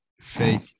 Fake